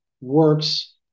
works